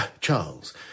Charles